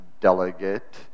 delegate